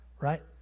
right